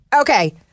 Okay